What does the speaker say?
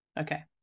Okay